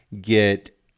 get